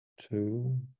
two